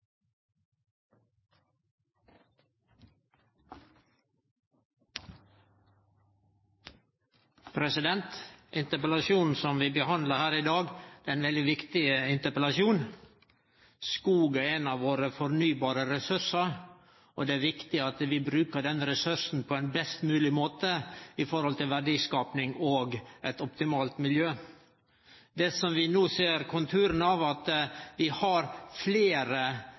ein veldig viktig interpellasjon. Skog er ein av våre fornybare ressursar, og det er viktig at vi brukar den ressursen på ein best mogleg måte når det gjeld verdiskaping og eit optimalt miljø. Det vi no ser konturane av, er at vi har fleire